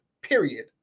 period